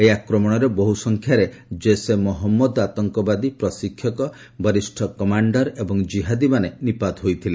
ଏହି ଆକ୍ରମଣରେ ବହୁ ସଂଖ୍ୟାରେ କୈସ ଇ ମହମ୍ମଦ ସନ୍ତାସବାଦୀ ପ୍ରଶିକ୍ଷକ ବରିଷ୍ଣ କମାଣ୍ଡର ଏବଂ ଜିହାଦୀମାନେ ନିପାତ ହୋଇଥିଲେ